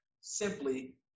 simply